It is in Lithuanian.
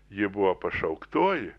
ji buvo pašauktoji